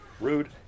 Rude